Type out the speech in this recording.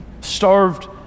starved